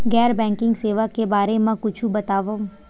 गैर बैंकिंग सेवा के बारे म कुछु बतावव?